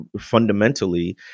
fundamentally